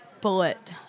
bullet